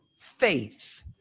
faith